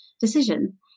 decision